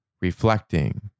reflecting